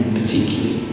particularly